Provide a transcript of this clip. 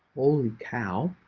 holy cow.